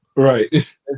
Right